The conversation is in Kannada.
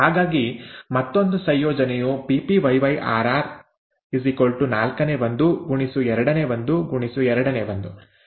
ಹಾಗಾಗಿ ಮತ್ತೊಂದು ಸಂಯೋಜನೆಯು Ppyyrr ¼ x ½ x ½ 116 ಆಗಿದೆ